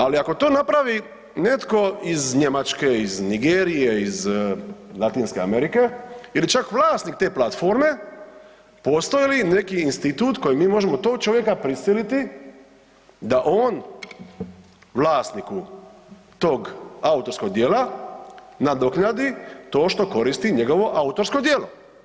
Ali ako to napravi netko iz Njemačke, iz Nigerije, iz Latinske Amerike ili čak vlasnik te platforme, postoji li neki institut kojem mi tog čovjeka prisiliti da on vlasniku tog autorskog djela nadoknadi to što koristi njegovo autorsko djelo?